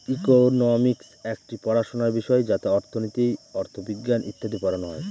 economics একটি পড়াশোনার বিষয় যাতে অর্থনীতি, অথবিজ্ঞান ইত্যাদি পড়ানো হয়